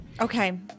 Okay